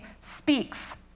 speaks